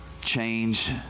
Change